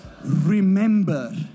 Remember